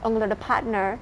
உங்களோட:ungeloda partner